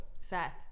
Seth